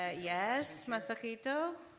ah yes, masahito,